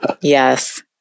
Yes